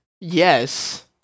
Yes